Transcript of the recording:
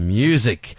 music